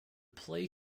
play